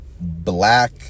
black